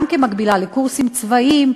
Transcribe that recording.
גם כמקבילה לקורסים צבאיים,